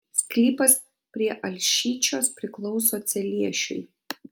sklypas prie alšyčios priklauso celiešiui